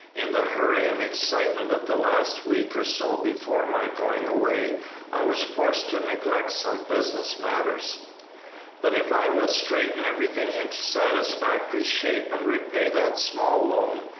in the hurry and excitement of the last week or so before my going away i was forced to neglect some business matters but if i will straighten everything into satisfactory shape and repay that small loan,